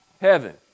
Heaven